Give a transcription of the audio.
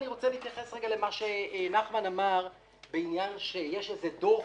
אני רוצה להתייחס לדברים שנחמן שי אמר על כך שיש איזה דוח.